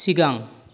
सिगां